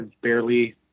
barely